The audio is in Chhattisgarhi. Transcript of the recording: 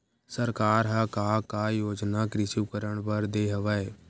सरकार ह का का योजना कृषि उपकरण बर दे हवय?